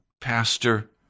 pastor